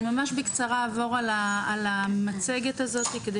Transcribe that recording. אני ממש בקצרה אעבור על המצגת הזאתי כדי